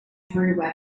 young